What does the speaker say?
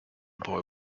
boy